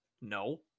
No